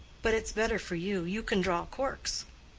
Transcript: but it's better for you, you can draw corks.